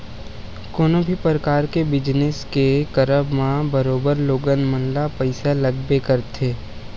कोनो भी परकार के बिजनस के करब म बरोबर लोगन मन ल पइसा लगबे करथे